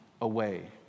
away